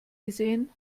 gesehen